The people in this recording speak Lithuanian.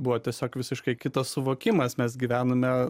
buvo tiesiog visiškai kitas suvokimas mes gyvenome